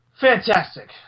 Fantastic